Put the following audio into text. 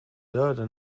döda